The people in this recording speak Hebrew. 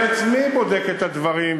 אני עצמי בודק את הדברים,